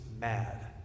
mad